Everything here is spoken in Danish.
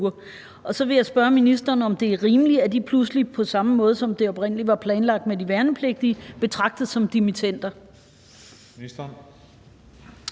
Så vil jeg spørge ministeren, om det er rimeligt, at de pludselig, på samme måde som det oprindelig var planlagt med de værnepligtige, betragtes som dimittender.